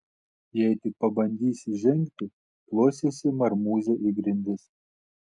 jei tik pabandysi žengti plosiesi marmūze į grindis